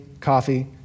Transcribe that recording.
Coffee